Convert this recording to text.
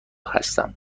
هستم